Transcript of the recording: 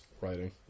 writing